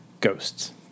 ghosts